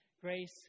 grace